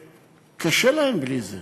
שקשה להם בלי זה,